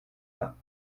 pas